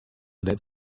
that